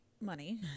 money